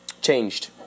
changed